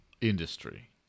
industry